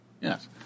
Yes